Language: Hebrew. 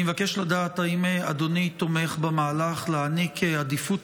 אני מבקש לדעת האם אדוני תומך במהלך להעניק עדיפות